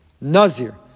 Nazir